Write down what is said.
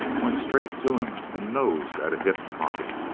went straight to him and nosed at a hip pocket.